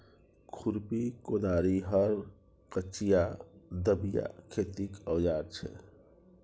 खुरपी, कोदारि, हर, कचिआ, दबिया खेतीक औजार छै